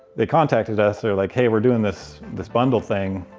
they contacted us, they were like, hey, we're doing this this bundle thing.